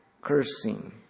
cursing